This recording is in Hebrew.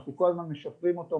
אנחנו כל הזמן משפרים אותו,